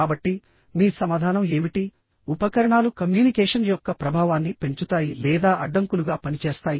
కాబట్టి మీ సమాధానం ఏమిటి ఉపకరణాలు కమ్యూనికేషన్ యొక్క ప్రభావాన్ని పెంచుతాయి లేదా అడ్డంకులుగా పనిచేస్తాయి